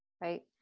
right